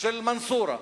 של מנסורה,